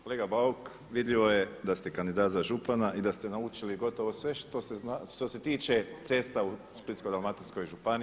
Kolega Bauk, vidljivo je da ste kandidat za župana i da ste naučili gotovo sve što se tiče cesta u Splitsko-dalmatinskoj županiji.